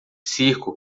circo